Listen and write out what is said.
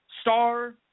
star –